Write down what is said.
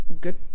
good